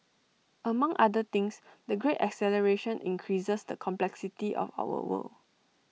among other things the great acceleration increases the complexity of our world